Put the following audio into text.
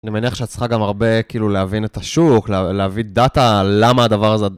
אני מניח שצריכה גם הרבה כאילו להבין את השוק, להביא דאטה, למה הדבר הזה...